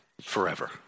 forever